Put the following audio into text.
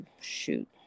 shoot